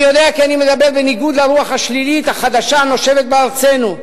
אני יודע כי אני מדבר בניגוד לרוח השלילית החדשה הנושבת בארצנו,